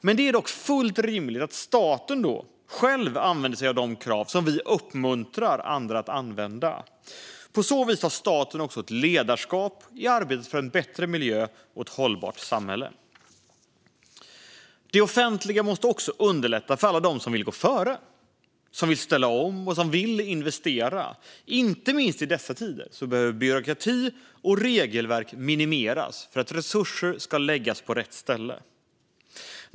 Det är dock fullt rimligt att staten själv använder sig av de krav som vi uppmuntrar andra att använda. På så vis tar staten också på sig ett ledarskap i arbetet för en bättre miljö och ett hållbart samhälle. Det offentliga måste också underlätta för alla som vill gå före, som vill ställa om och som vill investera. Inte minst i dessa tider behöver byråkrati och regelverk minimeras för att resurser ska kunna läggas på rätt saker.